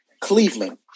Cleveland